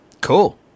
Cool